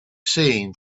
seen